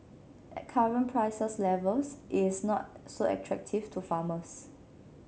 at current prices levels it's not so attractive to farmers